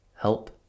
Help